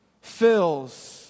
fills